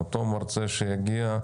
המרצה שיגיע,